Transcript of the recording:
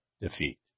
defeat